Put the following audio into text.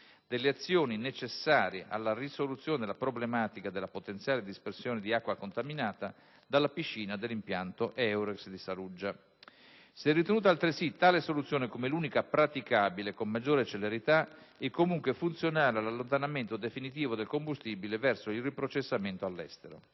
delle azioni necessarie alla risoluzione della problematica della potenziale dispersione di acqua contaminata dalla piscina dell'impianto Eurex di Saluggia. Si è ritenuta, altresì, tale soluzione come l'unica praticabile, con maggiore celerità e, comunque, funzionale all'allontanamento definitivo del combustibile verso il riprocessamento all'estero.